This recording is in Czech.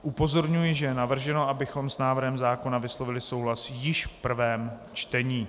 Upozorňuji, že je navrženo, abychom s návrhem zákona vyslovili souhlas již v prvém čtení.